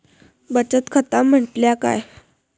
बचत खाता म्हटल्या काय?